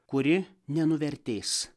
kuri nenuvertės